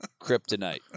Kryptonite